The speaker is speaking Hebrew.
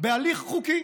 בהליך חוקי.